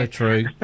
true